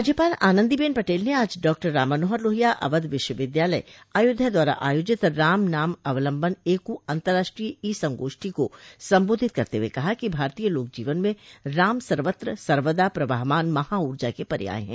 राज्यपाल आनंदीबेन पटेल ने आज डॉक्टर राममनोहर लोहिया अवध विश्वविद्यालय अयोध्या द्वारा आयोजित राम नाम अवलंबन एकू अंतर्राष्ट्रीय ई संगोष्ठी को सम्बोधित करते हुए कहा कि भारतीय लोक जीवन में राम सर्वत्र सर्वदा प्रवाहमान महाऊर्जा के पर्याय हैं